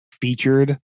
featured